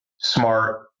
smart